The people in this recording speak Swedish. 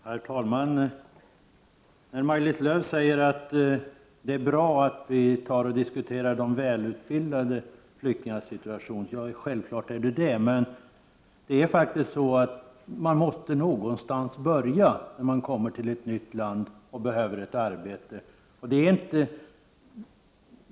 Herr talman! Maj-Lis Lööw säger att det är bra att vi diskuterar de välutbildade flyktingarnas situation. Ja, det är självklart. Men den som kommer till ett nytt land och behöver ett arbete måste någonstans börja.